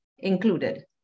included